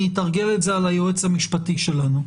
אני אתרגל את זה על היועץ המשפטי שלנו.